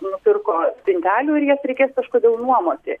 nupirko spintelių ir jas reikės kažkodėl nuomoti